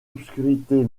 obscurité